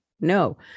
no